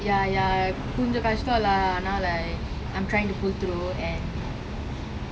ya ya கொஞ்சம் கஷ்டம்:konjam kashtam lah ஆனால்:aanal like I'm trying to pull through and